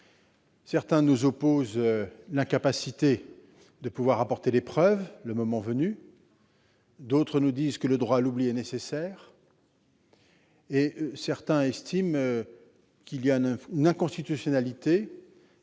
Certains nous opposent l'incapacité de pouvoir apporter des preuves, le moment venu. D'autres nous disent que le droit à l'oubli est nécessaire et qu'il existe un problème constitutionnel,